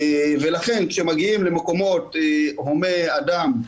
לכן כאשר מגיעים למקומות הומי אדם,